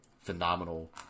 phenomenal